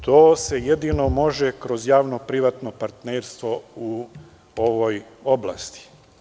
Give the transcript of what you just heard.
To se jedino može kroz javno privatno partnerstvo u ovoj oblasti.